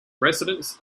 residents